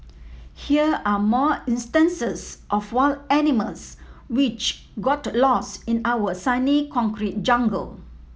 here are more instances of wild animals which got lost in our sunny concrete jungle